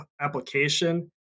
application